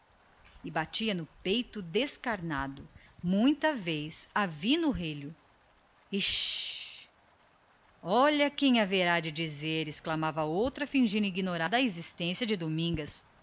e batia no seu peito sem seios muita vez a vi no relho iche ora quem houvera de dizer resmungou a outra fingindo ignorar da existência de domingas